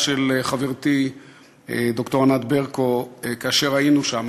של חברתי ד"ר ענת ברקו כאשר היינו שם.